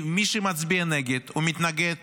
מי שמצביע נגד הוא מתנגד